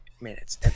minutes